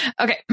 Okay